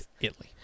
Italy